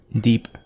Deep